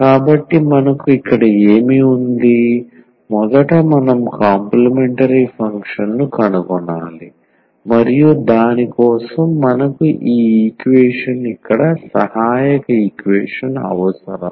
కాబట్టి మనకు ఇక్కడ ఏమి ఉంది మొదట మనం కాంప్లీమెంటరీ ఫంక్షన్ ను కనుగొనాలి మరియు దాని కోసం మనకు ఈ ఈక్వేషన్ ఇక్కడ సహాయక ఈక్వేషన్ అవసరం